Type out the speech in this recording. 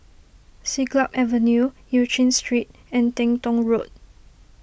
Siglap Avenue Eu Chin Street and Teng Tong Road